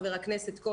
חבר הכנסת,